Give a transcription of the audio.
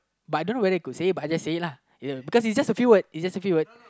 but I don't know whether I could say but I just say it lah because it's just a few word it's just a few word